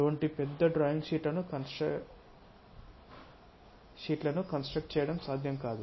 అటువంటి పెద్ద డ్రాయింగ్ షీట్లను కన్స్ట్రక్ట్ చేయడం సాధ్యం కాదు